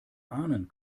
ahnen